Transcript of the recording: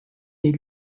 des